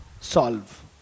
solve